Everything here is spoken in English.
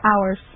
hours